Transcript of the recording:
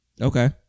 Okay